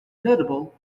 notable